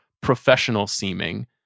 professional-seeming